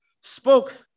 spoke